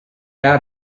out